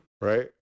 right